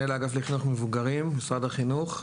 מנהל האגף לחינוך מבוגרים במשרד החינוך.